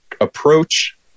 approach